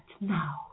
now